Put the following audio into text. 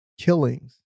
killings